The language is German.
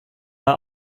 war